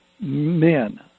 men